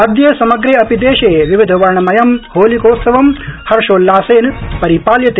अदय समग्रे अपि देशे विविधवर्णमयं होलिकोत्सवं हर्षोल्लासेन परिपाल्यते